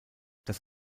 das